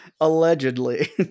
allegedly